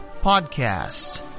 podcast